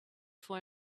for